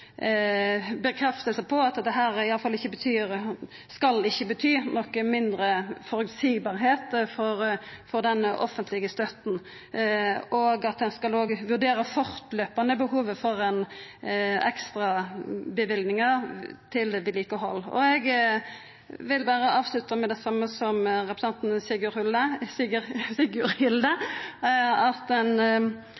at dette iallfall ikkje skal bety at den offentlege støtta vert mindre føreseieleg, og at ein fortløpande skal vurdera behovet for ekstraløyvingar til vedlikehald. Eg vil berre avslutta med det same som representanten